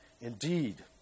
Indeed